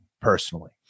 personally